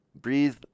breathe